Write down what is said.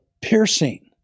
piercing